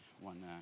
one